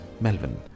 Melvin